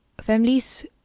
families